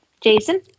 Jason